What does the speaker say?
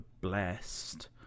blessed